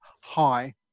hi